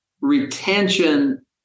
retention